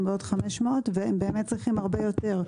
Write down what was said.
בעוד 500 והם באמת צריכים הרבה יותר.